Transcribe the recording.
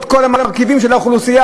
את כל המרכיבים של האוכלוסייה.